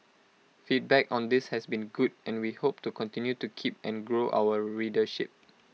feedback on this has been good and we hope to continue to keep and grow our readership